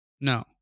No